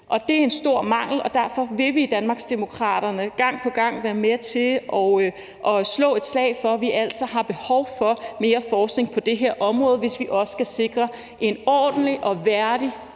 Det er en stor mangel, og derfor vil vi i Danmarksdemokraterne gang på gang være med til at slå et slag for, at vi altså har behov for mere forskning på det her område, hvis vi også skal sikre en ordentlig og værdig